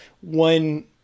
one